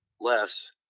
less